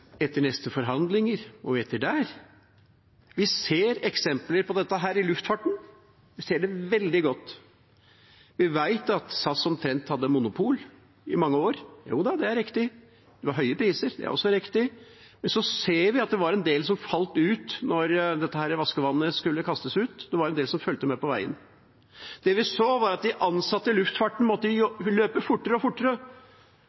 etter neste forhandlinger, og etter det igjen? Vi ser eksempler på dette i luftfarten; vi ser det veldig godt. Vi vet at SAS omtrent hadde monopol i mange år – jo da, det er riktig, og det var høye priser, det er også riktig – men vi ser at det var en del som falt ut da dette vaskevannet skulle kastes ut, at det var en del som fulgte med på veien. Det vi så, var at de ansatte i luftfarten måtte